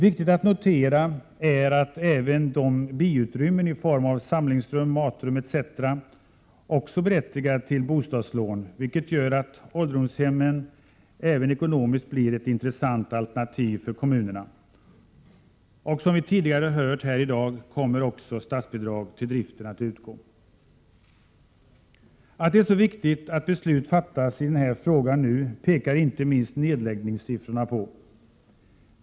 Viktigt att notera är att även biutrymmen i form av samlingsrum, matrum etc. berättigar till bostadslån, vilket gör att ålderdomshemmen också ekonomiskt blir ett intressant alternativ för kommunerna. Och som vi tidigare hört här i dag kommer också statsbidrag till driften att utgå. Att det är så viktigt att beslut fattas i den här frågan nu pekar inte minst nedläggningssiffrorna på.